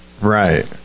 Right